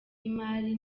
y’imari